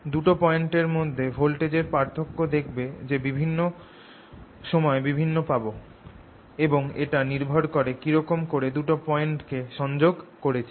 দুটো পয়েন্ট এর মধ্যে যে ভোল্টেজের পার্থক্য দেখবে যে বিভিন্ন সময়ে বিভিন্ন পাব এবং এটা নির্ভর করে কিরকম করে দুটো পয়েন্ট কে সংযোগ করেছি